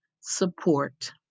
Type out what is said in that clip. support